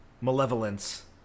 malevolence